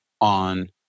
on